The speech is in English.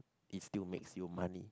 is still makes you money